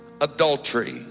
adultery